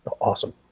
awesome